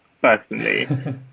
personally